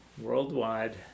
worldwide